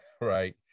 right